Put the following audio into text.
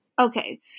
Okay